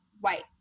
white